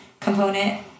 component